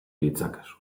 ditzakezu